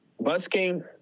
Busking